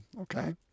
okay